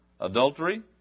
Adultery